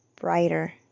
brighter